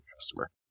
customer